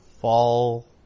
fall